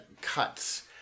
cuts